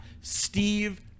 Steve